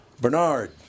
Bernard